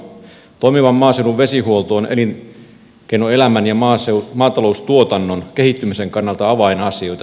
toimiva maaseudun vesihuolto on elinkeinoelämän ja maataloustuotannon kehittymisen kannalta avainasioita